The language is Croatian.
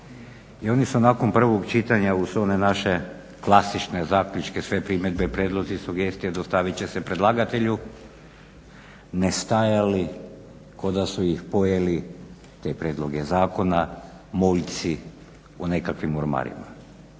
i oni su nakon prvog čitanja uz one naše klasične zaključke sve primjedbe, prijedlozi, sugestije dostavit će se predlagatelju nestajali kao da su ih pojeli, te prijedloge zakona, moljci u nekakvim ormarima